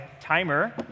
timer